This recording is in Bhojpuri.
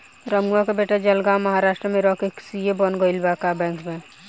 रमुआ के बेटा जलगांव महाराष्ट्र में रह के सी.ए बन गईल बा बैंक में